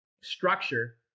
structure